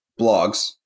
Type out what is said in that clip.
blogs